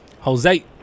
Jose